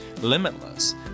limitless